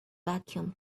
vacuum